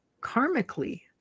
karmically